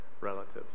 relatives